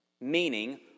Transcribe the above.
Meaning